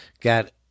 got